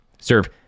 serve